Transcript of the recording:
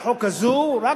הלוואי.